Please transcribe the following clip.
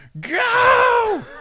go